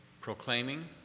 proclaiming